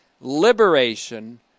liberation